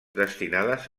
destinades